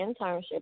internship